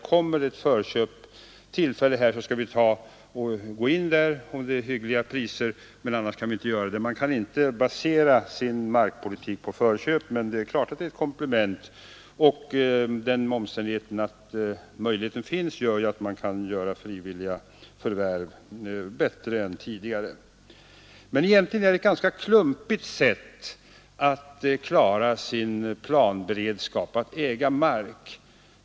Kommer det ett förköpstillfälle, utnyttjar man det om det är hyggliga priser och i övrigt lämpligt. Man kan inte basera sin markpolitik på förköp, men det är klart att det är ett komplement. Att möjligheten finns medför ju att man kan göra bättre frivilliga förvärv än tidigare. Men att samla på sig mycket mark är egentligen ett ganska klumpigt sätt att klara sin planberedskap.